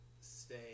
stay